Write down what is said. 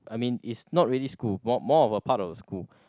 I mean is not really school more more of a part of a school